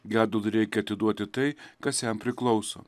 gedului reikia atiduoti tai kas jam priklauso